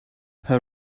her